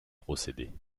procédés